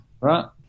right